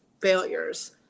failures